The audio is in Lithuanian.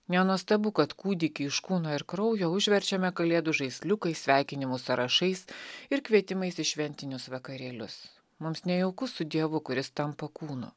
nenuostabu kad kūdikį iš kūno ir kraujo užverčiame kalėdų žaisliukais sveikinimų sąrašais ir kvietimais į šventinius vakarėlius mums nejauku su dievu kuris tampa kūnu